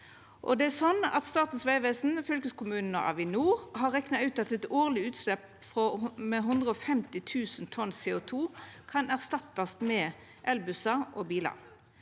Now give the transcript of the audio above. Statens vegvesen, fylkeskommunen og Avinor har rekna ut at eit årleg utslepp på 150 000 tonn CO2kan erstattast med elbussar og bilar.